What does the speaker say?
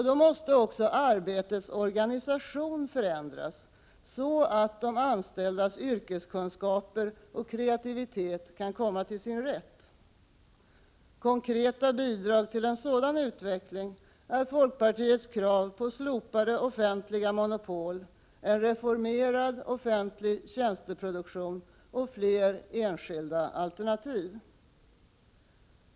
Då måste också arbetets organisation förändras så, att de anställdas yrkeskunskaper och kreativitet kan komma till sin rätt. Konkreta bidrag till en sådan utveckling är folkpartiets krav på slopande av offentliga monopol, reformering av offentlig tjänsteproduktion och fler enskilda alternativ.